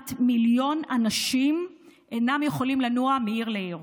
כמעט מיליון אנשים אינם יכולים לנוע מעיר לעיר.